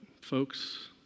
folks